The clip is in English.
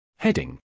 Heading